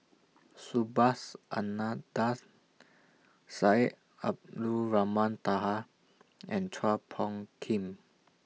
Subhas Anandan Syed Abdulrahman Taha and Chua Phung Kim